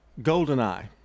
Goldeneye